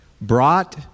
brought